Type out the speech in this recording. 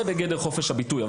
זה בגדר חופש הביטוי.